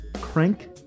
Crank